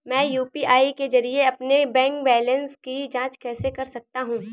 मैं यू.पी.आई के जरिए अपने बैंक बैलेंस की जाँच कैसे कर सकता हूँ?